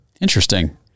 Interesting